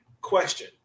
question